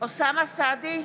אוסאמה סעדי,